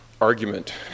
Argument